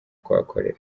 kuhakorera